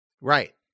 Right